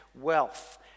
wealth